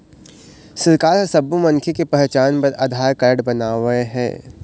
सरकार ह सब्बो मनखे के पहचान बर आधार कारड बनवाए हे